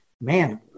man